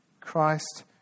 Christ